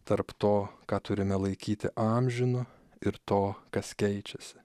tarp to ką turime laikyti amžinu ir to kas keičiasi